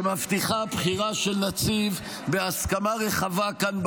שמבטיחה בחירה של נציב בהסכמה רחבה כאן,